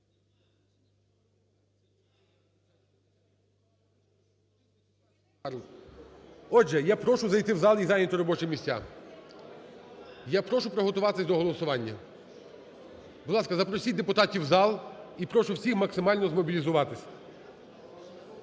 Отже, я прошу зайти в зал і зайняти робочі місця. Я прошу приготуватись до голосування. Будь ласка, запросіть депутатів у зал і прошу всіх максимально змобілізуватись.